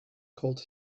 called